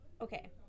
Okay